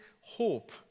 hope